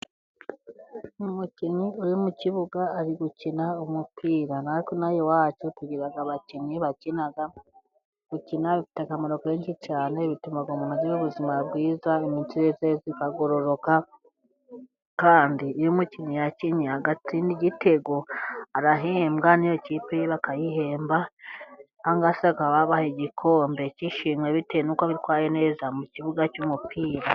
Umukinnyi uri mu kibuga ari gukina umupira. Na hano iwacu tugira abakinnyi bakina, gukina bifite akamaro kenshi cyane, bituma umuntu agira ubuzima bwiza, imitsi yose ikagororoka, kandi iyo umukinnyi yakinnye, agatsinda igitego, arahembwa, n'iyo kipe ye bakayihemba, cyangwa se bakabaha igikombe cy'ishimwe, bitewe n'uko bitwaye neza mu kibuga cy'umupira.